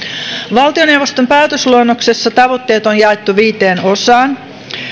valtioneuvoston päätösluonnoksessa tavoitteet on jaettu viiteen osaan